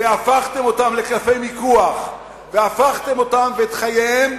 והפכתם אותם לקלפי מיקוח והפכתם אותם ואת חייהם